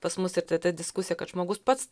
pas mus ir ta diskusija kad žmogus pats